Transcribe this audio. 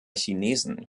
chinesen